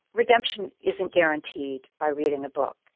redemption isn't guaranteed by reading a book.